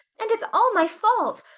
and it's all my fault.